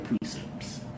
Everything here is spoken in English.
precepts